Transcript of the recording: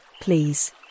please